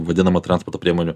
vadinamą transporto priemonių